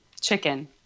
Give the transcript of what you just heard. Chicken